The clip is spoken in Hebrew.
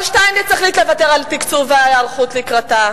אבל שטייניץ החליט לוותר על תקצוב ההיערכות לקראתה